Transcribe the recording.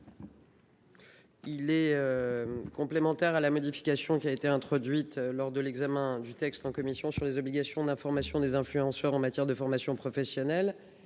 15 est complémentaire à la modification introduite lors de l'examen du texte en commission concernant les obligations d'information des influenceurs en matière de formation professionnelle.